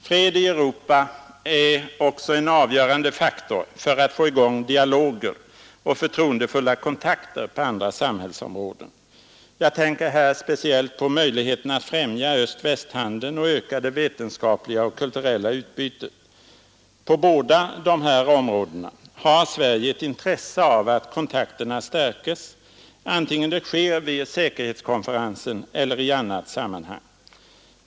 Fred i Europa är också en avgörande faktor för att få i gång dialoger och förtroendefulla kontakter på andra samhällsområden. Jag tänker här speciellt på möjligheterna att främja öst-västhandeln och öka det vetenskapliga och kulturella utbytet. På båda dessa områden har Sverige ett intresse av att kontakterna stärkes, vare sig det sker vid säkerhetskonferensen eller i annat sammanhang.